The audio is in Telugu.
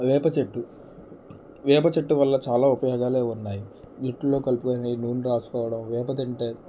వేప చెట్టు వేప చెట్టు వల్ల చాలా ఉపయోగాలే ఉన్నాయి వీటిలో కలిపి నూనె రాసుకోవడం వేప తింటే